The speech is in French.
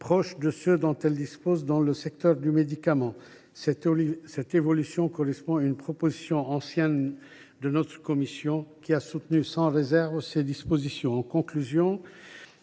proches de ceux dont l’agence dispose déjà dans le secteur du médicament. Cette évolution correspond à une proposition ancienne de notre commission, qui a apporté un soutien sans réserve à ces dispositions. En conclusion,